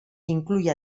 incluye